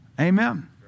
Amen